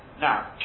Now